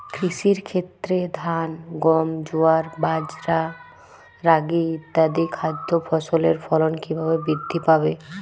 কৃষির ক্ষেত্রে ধান গম জোয়ার বাজরা রাগি ইত্যাদি খাদ্য ফসলের ফলন কীভাবে বৃদ্ধি পাবে?